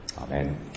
Amen